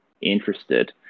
interested